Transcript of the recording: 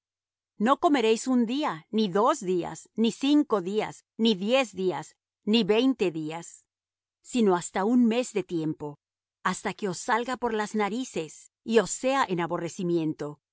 no comeréis un día ni dos días ni cinco días ni diez días ni veinte días sino hasta un mes de tiempo hasta que os salga por las narices y os sea en aborrecimiento